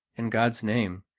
in god's name,